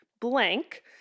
blank